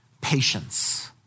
patience